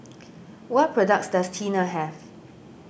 what products does Tena have